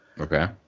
Okay